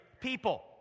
people